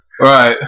Right